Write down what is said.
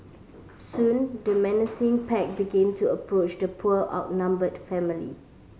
soon the menacing pack begin to approach the poor outnumbered family